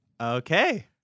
Okay